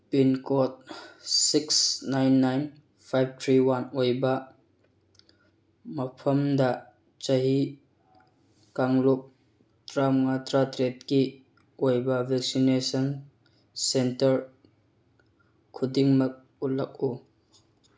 pincode six nine nine five three one ꯑꯣꯏꯕ ꯃꯐꯝꯗ ꯆꯍꯤ ꯀꯥꯡꯂꯨꯞ ꯇꯔꯥꯃꯉꯥ ꯇꯔꯥꯇꯔꯦꯠꯀꯤ ꯑꯣꯏꯕ ꯚꯦꯛꯁꯤꯟꯅꯦꯁꯟ ꯁꯦꯟꯇꯔ ꯈꯨꯗꯤꯡꯃꯛ ꯎꯠꯂꯛꯎ